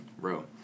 Bro